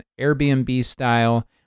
Airbnb-style